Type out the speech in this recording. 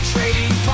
Trading